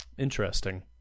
Interesting